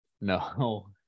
no